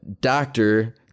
doctor